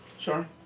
Sure